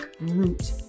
root